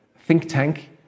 think-tank